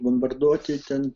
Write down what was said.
bombarduoti ten